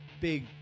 big